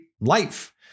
life